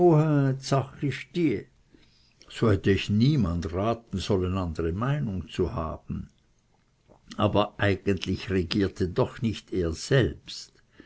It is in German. so hätte ich niemand raten wollen andere meinung zu haben aber eigentlich regierte doch nicht er selbst